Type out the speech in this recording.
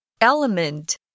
Element